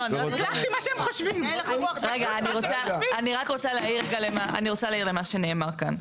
אני רק רוצה להעיר רגע למה שנאמר כאן.